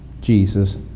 Jesus